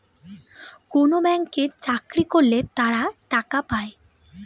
কোনো ব্যাঙ্কে চাকরি করলে তারা টাকা পায়